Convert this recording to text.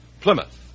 Plymouth